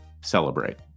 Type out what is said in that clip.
celebrate